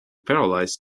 paralyzed